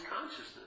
consciousness